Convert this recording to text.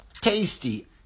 tasty